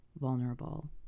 vulnerable